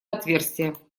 отверстие